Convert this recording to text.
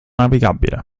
navigabile